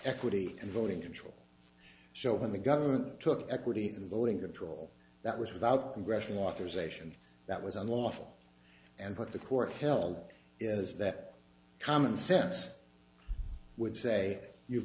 equity in voting control so when the government took equity in voting a troll that was without congressional authorization that was unlawful and what the court hell was that common sense would say you've